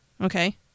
Okay